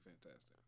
fantastic